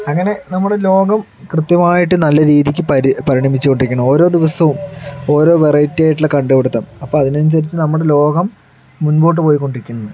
അങ്ങനെ നമ്മൾ ലോകം കൃത്യമായിട്ട് നല്ല രീതിക്ക് പരി പരിണമിച്ചു കൊണ്ട് ഇരിക്കുന്നു ഓരോ ദിവസവും ഓരോ വെറൈറ്റി ആയിട്ടുള്ള കണ്ടുപിടുത്തം അപ്പോൾ അതിന് അനുസരിച്ച് നമ്മുടെ ലോകം മുന്നോട്ട് പോയ്കൊണ്ടിരിക്കുന്നു